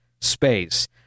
space